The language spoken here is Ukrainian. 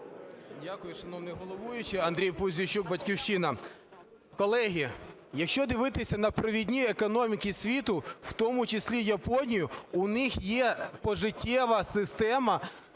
Дякую, шановний головуючий. Андрій Пузійчук, "Батьківщина". Колеги, якщо дивитися на провідні економіки світу, в тому числі Японію, у них є пожиттєва система